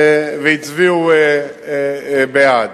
והצביעו בעד.